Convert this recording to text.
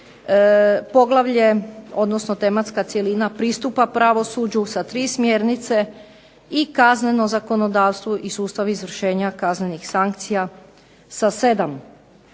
Poglavlje, odnosno tematska cjelina pristupa pravosuđu sa 3 smjernice i Kazneno zakonodavstvo i sustav izvršenja kaznenih sankcija sa 7